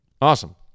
Awesome